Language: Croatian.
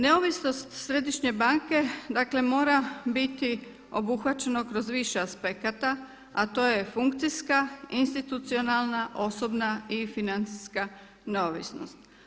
Neovisnost Središnje banke dakle mora biti obuhvaćena kroz više aspekata, a to je funkcijska, institucionalna, osobna i financijska neovisnost.